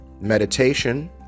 meditation